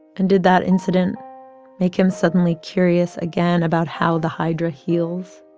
and did that incident make him suddenly curious again about how the hydra heals,